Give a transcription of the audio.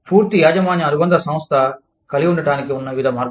పూర్తి యాజమాన్య అనుబంధ సంస్థ కలిగి ఉండటానికి ఉన్న వివిధ మార్గాలు